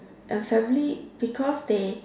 and family because they